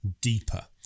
deeper